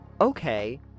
Okay